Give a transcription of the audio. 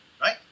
right